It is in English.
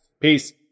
peace